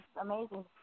amazing